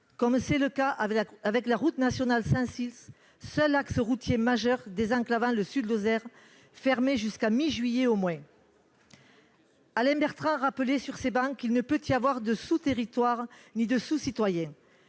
comme c'est le cas avec la route nationale 106, seul axe routier majeur désenclavant le sud de la Lozère, fermée jusqu'à mi-juillet au moins. Alain Bertrand rappelait sur ces travées qu'il ne peut y avoir de sous-territoires ni de sous-citoyens.